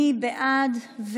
מי בעד?